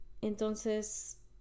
Entonces